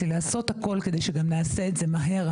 לי לעשות הכול כדי שגם נעשה את זה מהר,